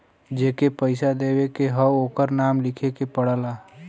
जेके पइसा देवे के हौ ओकर नाम लिखे के पड़ला